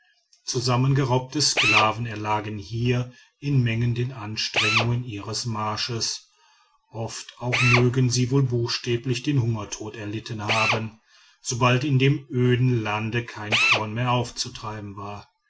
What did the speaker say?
zusammengeraubte sklaven erlagen hier in menge den anstrengungen ihres marsches oft auch mögen sie wohl buchstäblich den hungertod erlitten haben sobald in dem öden lande kein korn mehr aufzutreiben war